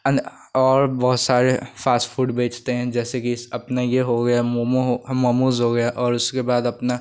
अन और बहुत सारे फास्ट फूड बेचते हैं जैसे कि अपने यह हो गया मोमो मोमोज़ हो गया और उसके बाद अपना